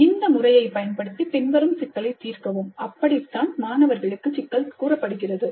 'இந்த முறையைப் பயன்படுத்தி பின்வரும் சிக்கலைத் தீர்க்கவும் ' அப்படித்தான் மாணவர்களுக்கு சிக்கல் கூறப்படுகிறது